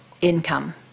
income